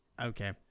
Okay